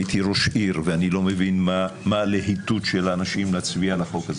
הייתי ראש עיר ואני לא מבין מה הלהיטות של האנשים להצביע על החוק הזה.